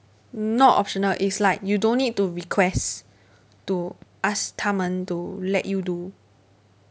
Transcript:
not optional is like you don't need to request to ask 他们 to let you do